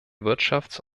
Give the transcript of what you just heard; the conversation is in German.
wirtschafts